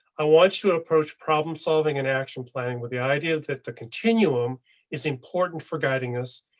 i want you to approach problem solving. and action planning with the idea that the continuum is important for guiding us,